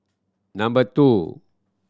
number two